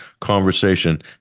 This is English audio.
conversation